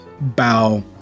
bow